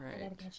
right